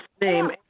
name